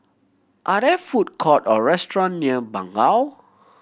are there food court or restaurant near Bangau